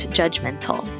judgmental